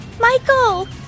Michael